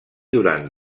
durant